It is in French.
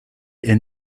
est